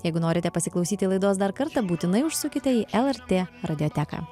jeigu norite pasiklausyti laidos dar kartą būtinai užsukite į lrt radioteką